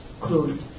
closed